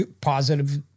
positive